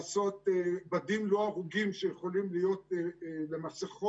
לעשות בדים לא ארוגים שיכולים להיות למסכות.